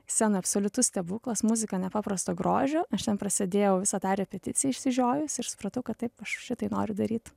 scena absoliutus stebuklas muzika nepaprasto grožio aš ten prasėdėjau visą tą repeticiją išsižiojus ir supratau kad taip aš šitai noriu daryt